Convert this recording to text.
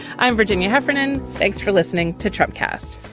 i'm virginia heffernan. thanks for listening to trump cast